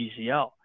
GCL